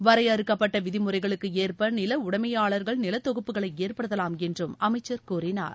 வரையறுக்கப்பட்டவிதிமுறைகளுக்குஏற்பநிலஉடமையாளர்கள் நிலத்தொகுப்புகளைஏற்படுத்தலாம் என்றுஅமைச்சர் கூறினார்